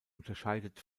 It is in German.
unterscheidet